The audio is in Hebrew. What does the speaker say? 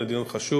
זה דיון חשוב.